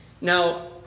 Now